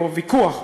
או ויכוח,